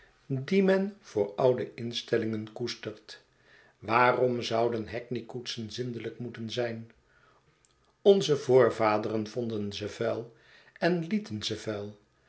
dien men voor oude instellingen koestert waarom zouden hackney koetsen zindelijk moeten zijn onze voorvaderen vonden ze vuil en lieten ze